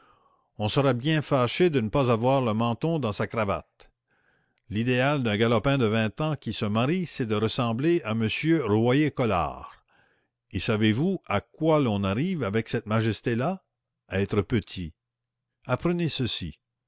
on serait bien fâché de ne pas avoir le menton dans sa cravate l'idéal d'un galopin de vingt ans qui se marie c'est de ressembler à monsieur royer-collard et savez-vous à quoi l'on arrive avec cette majesté là à être petit apprenez ceci